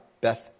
Beth